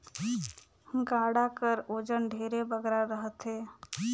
गाड़ा कर ओजन ढेरे बगरा रहथे